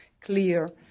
clear